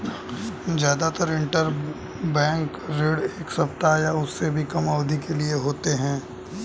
जादातर इन्टरबैंक ऋण एक सप्ताह या उससे भी कम अवधि के लिए होते हैं